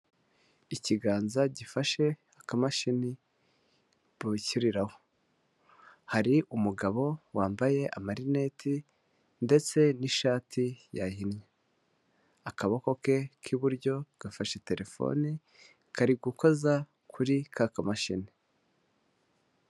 Ikiganza gifashe akamashini bishyuriraho; hari umugabo wambaye amarineti ndetse n'ishati yahinnye. Akaboko ke k'iburyo gafashe terefone kari gukoza kuri ka kamashini.